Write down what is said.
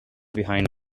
behind